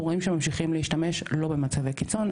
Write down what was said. אנחנו רואים שממשיכים להשתמש לא במצבי קיצון,